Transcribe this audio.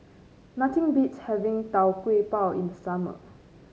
nothing beats having Tau Kwa Pau in the summer